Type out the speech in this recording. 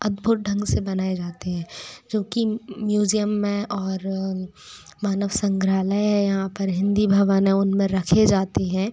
अद्भुत ढंग से बनाएँ जाते हैं क्योंकि म्यूज़ियम में और मानव संग्राहलय है यहाँ पर हिंदी भवन हैं उनमें रखे जाती हैं